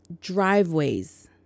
driveways